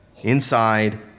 inside